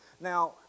Now